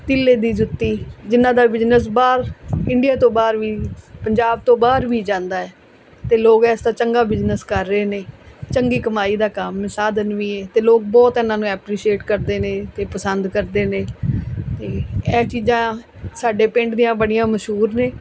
ਤਿੱਲੇ ਦੀ ਜੁੱਤੀ ਜਿਹਨਾਂ ਦਾ ਬਿਜ਼ਨਸ ਬਾਹਰ ਇੰਡੀਆ ਤੋਂ ਬਾਹਰ ਵੀ ਪੰਜਾਬ ਤੋਂ ਬਾਹਰ ਵੀ ਜਾਂਦਾ ਹੈ ਅਤੇ ਲੋਕ ਇਸ ਦਾ ਚੰਗਾ ਬਿਜਨਸ ਕਰ ਰਹੇ ਨੇ ਚੰਗੀ ਕਮਾਈ ਦਾ ਕੰਮ ਸਾਧਨ ਵੀ ਹੈ ਅਤੇ ਲੋਕ ਬਹੁਤ ਇਹਨਾਂ ਨੂੰ ਐਪਰੀਸ਼ੀਏਟ ਕਰਦੇ ਨੇ ਅਤੇ ਪਸੰਦ ਕਰਦੇ ਨੇ ਅਤੇ ਇਹ ਚੀਜ਼ਾਂ ਸਾਡੇ ਪਿੰਡ ਦੀਆਂ ਬੜੀਆਂ ਮਸ਼ਹੂਰ ਨੇ